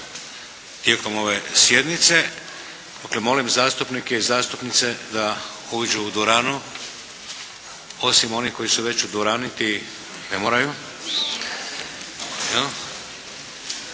tijekom ove sjednice. Dakle molim zastupnike i zastupnice da uđu u dvoranu, osim onih koji su već u dvorani, ti ne moraju.